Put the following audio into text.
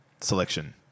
selection